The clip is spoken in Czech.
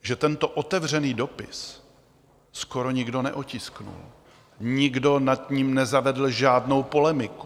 Že tento otevřený dopis skoro nikdo neotiskl, nikdo nad ním nezavedl žádnou polemiku.